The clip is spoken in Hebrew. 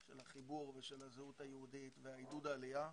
של החיבור והזהות היהודית ועידוד העלייה,